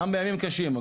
גם בימים קשים,